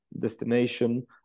destination